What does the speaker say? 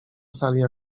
sali